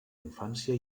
infància